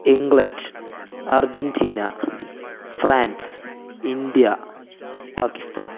England Argentina France India Pakistan